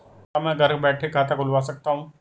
क्या मैं घर बैठे खाता खुलवा सकता हूँ?